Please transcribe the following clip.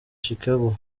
chicago